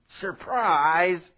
Surprise